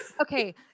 Okay